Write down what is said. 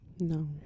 No